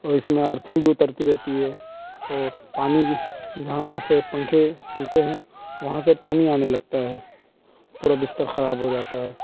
اور اس میں ارتھنگ بھی اترتی رہتی ہے اور پانی بھی جہاں سے پنکھے چلتے ہیں وہاں سے پانی آنے لگتا ہے پورا بستر خراب ہو جاتا ہے